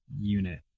unit